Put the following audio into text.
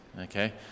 Okay